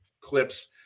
clips